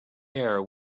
error